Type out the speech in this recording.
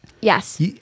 Yes